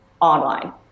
online